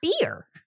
beer